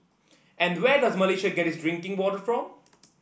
and where does Malaysia get its drinking water from